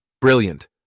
Brilliant